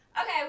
Okay